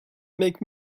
make